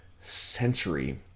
century